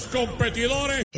competidores